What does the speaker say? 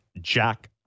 Jack